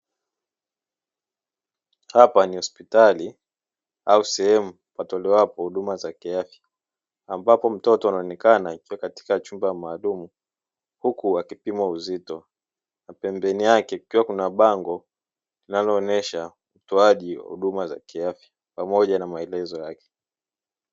Hapa ni hospitali au sehemu patolewapo huduma za kiafya, ambapo mtoto anaonekana akiwa katika chumba maalumu huku akipimwa uzito. Pembeni yake kukiwa kuna bango linalooyesha utoaji wa huduma za kiafya pamoja na maelezo yake.